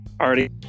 already